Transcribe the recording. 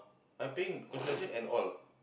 I'm paying concession and all